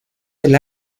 del